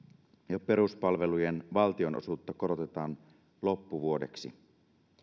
ja peruspalvelujen valtionosuutta korotetaan loppuvuodeksi